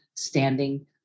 standing